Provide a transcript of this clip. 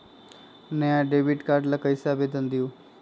हम नया debit card ला कईसे आवेदन दिउ?